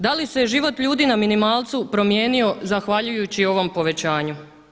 Da li se je život ljudi na minimalcu promijenio zahvaljujući ovom povećanju?